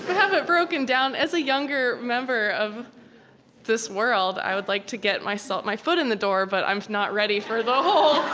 have it broken down. as a younger member of this world, i would like to get my so my foot in the door, but i'm not ready for the whole